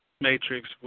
matrix